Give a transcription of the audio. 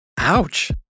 Ouch